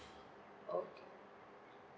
okay